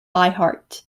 iheart